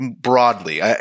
broadly